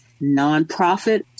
nonprofit